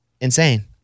insane